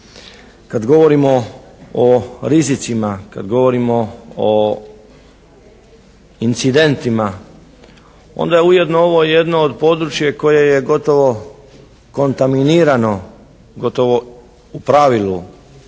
kad govorimo o rizicima, kad govorimo o incidentima onda je ujedno ovo jedno od, područje koje je gotovo kontaminirano, gotovo u pravilu